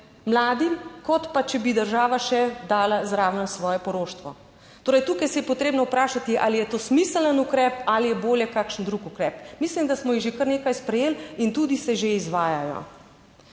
mladim, kot pa če bi država še dala zraven svoje poroštvo. Torej, tukaj se je potrebno vprašati, ali je to smiseln ukrep ali je bolje kakšen drug ukrep? Mislim, da smo jih že kar nekaj sprejeli in tudi se že izvajajo.